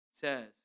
says